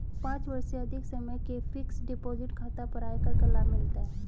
पाँच वर्ष से अधिक समय के फ़िक्स्ड डिपॉज़िट खाता पर आयकर का लाभ मिलता है